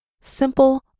simple